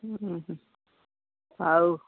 ହୁଁ ହୁଁ ଆଉ